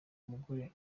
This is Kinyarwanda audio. mugore